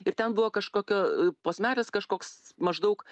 ir ten buvo kažkokio posmelis kažkoks maždaug